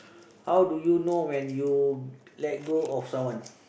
how do you know when you let go of someone